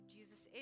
Jesus